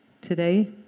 today